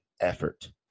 effort